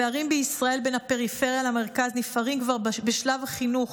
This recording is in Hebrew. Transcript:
הפערים בישראל בין הפריפריה למרכז נפערים כבר בשלב החינוך